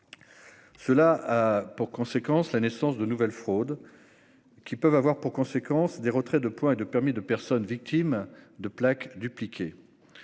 Cela peut être à l'origine de nouvelles fraudes qui peuvent avoir pour conséquence des retraits de points et de permis pour des personnes victimes de plaques dupliquées.